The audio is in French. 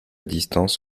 distance